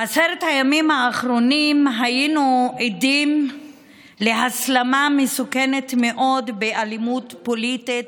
בעשרת הימים האחרונים היינו עדים להסלמה מסוכנת מאוד באלימות הפוליטית,